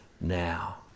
now